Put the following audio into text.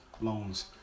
loans